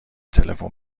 تلفن